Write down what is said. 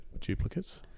duplicates